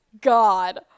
God